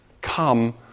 come